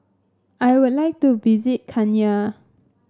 I would like to visit Kenya